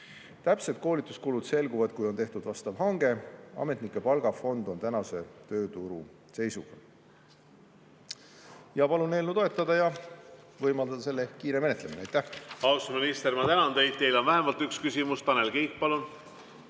Täpsed koolituskulud selguvad, kui on tehtud hange. Ametnike palgafond [arvutati] tänase tööturu seisu [arvestades]. Palun eelnõu toetada ja võimaldada selle kiire menetlemine. Aitäh! Austatud minister, ma tänan teid! Teile on vähemalt üks küsimus. Tanel Kiik, palun!